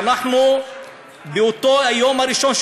ביום הראשון,